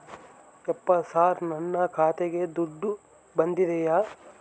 ಯಪ್ಪ ಸರ್ ನನ್ನ ಖಾತೆಗೆ ದುಡ್ಡು ಬಂದಿದೆಯ?